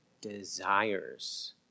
desires